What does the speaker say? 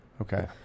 Okay